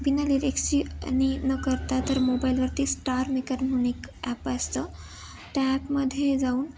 बिना लिरिक्सची नाही न करता तर मोबाईलवरती स्टारमेकर म्हणून एक ॲप असतं त्या ॲपमध्ये जाऊन